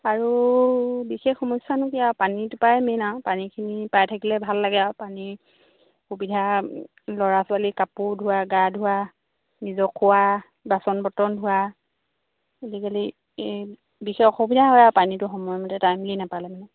আৰু বিশেষ সমস্যানো কি আৰু পানীটোপাই মেইন আৰু পানীখিনি পাই থাকিলে ভাল লাগে আৰু পানীৰ সুবিধা ল'ৰা ছোৱালী কাপোৰ ধোৱা গা ধোৱা নিজৰ খোৱা বাচন বৰ্তন ধোৱা আজিকালি এই বিশেষ অসুবিধা হয় আৰু পানীটো সময়মতে টাইমলি নাপালে মানে